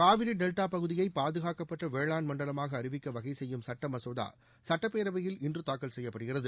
Kaveri delta பகுதியை பாதுகாக்கப்பட்ட வேளாண் மண்டலமாக அறிவிக்க வகைசெய்யும் சுட்ட மகோதா சட்டப்பேரவையில் இன்று தாக்கல் செய்யப்படுகிறது